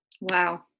Wow